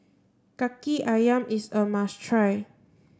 Kaki Ayam is a must try